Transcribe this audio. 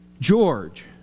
George